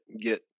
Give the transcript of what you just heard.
get